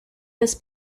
this